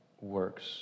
works